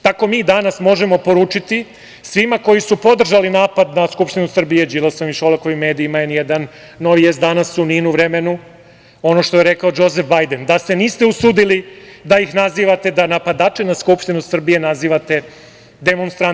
Tako mi danas možemo poručiti svima koji su podržali napad na Skupštinu Srbije, Đilasovim i Šolakovim medijima, N1, Nova S, Danas, NIN, Vreme, ono što je rekao Džozef Bajden – da se niste usudili da ih nazivate napadače na Skupštinu Srbije demonstrantima.